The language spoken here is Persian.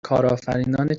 کارآفرینان